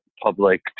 public